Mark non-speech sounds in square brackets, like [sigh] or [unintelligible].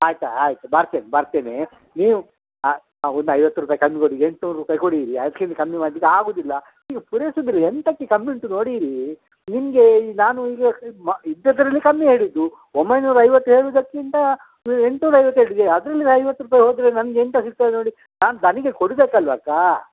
ಆಯ್ತು ಆಯ್ತು ಬರ್ತೇನೆ ಬರ್ತೀನಿ ನೀವು ಆಂ ಒಂದು ಐವತ್ತು ರೂಪಾಯಿ ಕಮ್ಮಿ ಕೊಡಿ ಎಂಟ್ನೂರು ರೂಪಾಯಿ ಕೊಡಿರಿ ಅದ್ಕಿಂತ ಕಮ್ಮಿ ಮಾಡ್ಲಿಕ್ಕೆ ಆಗುವುದಿಲ್ಲ ಈಗ ಪೂರೈಸುವುದಿಲ್ಲ ಎಂಥಕ್ಕೆ ಕಮ್ಮಿ ಉಂಟು ನೋಡಿರಿ ನಿಮ್ಗೆ ನಾನು ಈಗ [unintelligible] ಇದ್ದಿದ್ರಲ್ಲಿ ಕಮ್ಮಿ ಹೇಳಿದ್ದು ಒಂಬೈನೂರ ಐವತ್ತು ಹೇಳುವುದಕ್ಕಿಂತ ಎಂಟ್ನೂರ ಐವತ್ತು ಹೇಳಿದೆ ಅದರಲ್ಲಿ ಐವತ್ತು ರೂಪಾಯಿ ಹೋದರೆ ನನ್ಗೆ ಎಂತ ಸಿಗ್ತದೆ ನೋಡಿ ನಾನು ದಣಿಗೆ ಕೊಡಬೇಕಲ್ವಕ್ಕಾ